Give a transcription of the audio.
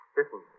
Listen